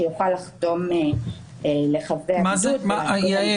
שיוכל לחתום לחבי הבידוד --- מה זה "נסגר"?